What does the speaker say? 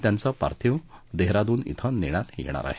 त्यांचं पार्थिव देहरादून क्रें नेण्यात येणार आहे